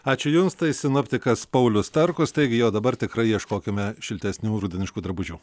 ačiū jums tai sinoptikas paulius starkus taigi jo dabar tikrai ieškokime šiltesnių rudeniškų drabužių